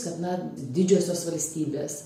kad na didžiosios valstybės